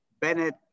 Bennett